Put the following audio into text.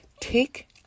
take